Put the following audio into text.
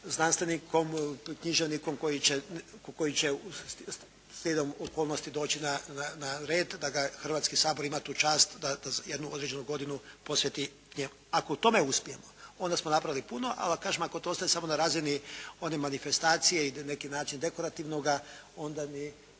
znanstvenikom, književnikom koji će slijedom okolnosti doći na red da ga Hrvatski sabor ima tu čast da jednu određenu godinu posveti njemu. Ako u tome uspijemo, onda smo napravili puno, ali kažem ako to ostane samo na razini one manifestacije i na neki način dekorativnoga onda ni